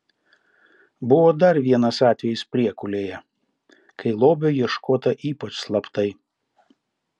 buvo dar vienas atvejis priekulėje kai lobio ieškota ypač slaptai